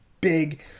big